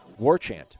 WARCHANT